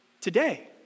today